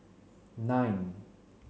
nine